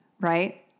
right